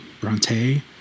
Bronte